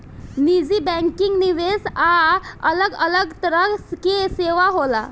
निजी बैंकिंग, निवेश आ अलग अलग तरह के सेवा होला